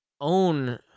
own